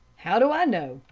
how do i know?